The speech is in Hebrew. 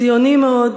ציוני מאוד,